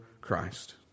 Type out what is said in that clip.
Christ